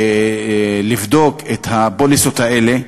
ולבדוק את הפוליסות האלה,